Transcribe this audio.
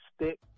stick